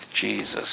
Jesus